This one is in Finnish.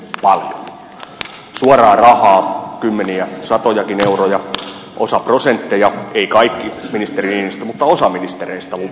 suoraa rahaa kymmeniä satojakin euroja osa prosentteja ei kaikki ministeri niinistö mutta osa ministereistä lupasi